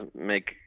make